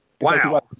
Wow